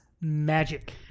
magic